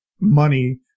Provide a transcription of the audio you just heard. money